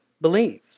believe